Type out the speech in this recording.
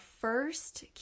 first